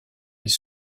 les